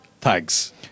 thanks